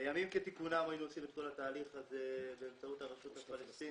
בימים כתיקונם היינו עושים את כל התהליך הזה באמצעות הרשות הפלסטינית,